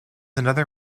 another